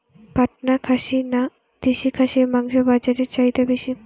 পাটনা খাসি না দেশী খাসির মাংস বাজারে চাহিদা বেশি?